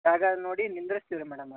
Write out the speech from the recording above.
ಜಾಗ ನೋಡಿ ನಿಂದ್ರಸ್ತೀವಿ ರೀ ಮೇಡಮ